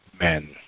men